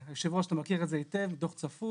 היו"ר, אתה מכיר את זה טוב מאוד, דו"ח צפוף,